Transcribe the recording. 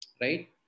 right